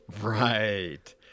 Right